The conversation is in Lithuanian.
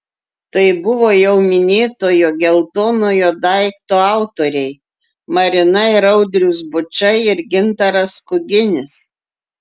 tai buvo jau minėtojo geltonojo daikto autoriai marina ir audrius bučai ir gintaras kuginis